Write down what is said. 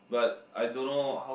but I don't know how